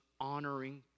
honoring